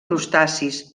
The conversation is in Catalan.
crustacis